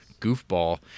goofball